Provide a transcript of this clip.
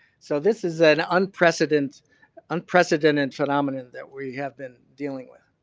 so, this is an unprecedent unprecedented phenomena that we have been dealing with.